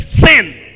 sin